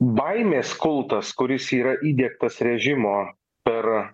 baimės kultas kuris yra įdiegtas režimo per